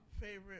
Favorite